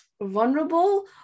vulnerable